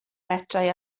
metrau